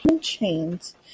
chains